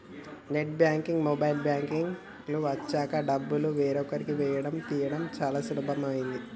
net banking, mobile banking లు వచ్చాక డబ్బులు వేరొకరికి వేయడం తీయడం చాలా సులభమైనది